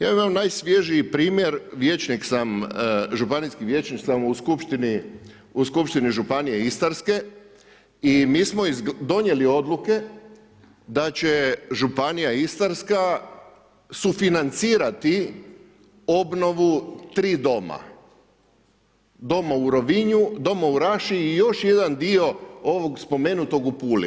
Ja imam najsvježiji primjer, županijski vijećnik sam u Skupštini županije Istarske i mi smo donijeli odluke da će Županija istarska sufinancirati obnovu tri doma, doma u Rovinju, doma u Raši i još jedan dio ovog spomenutog u Puli.